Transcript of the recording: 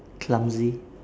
clumsy